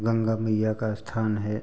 गंगा मैया का स्थान है